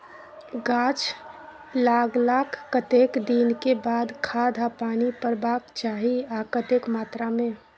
गाछ लागलाक कतेक दिन के बाद खाद आ पानी परबाक चाही आ कतेक मात्रा मे?